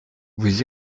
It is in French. vous